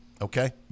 Okay